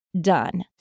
done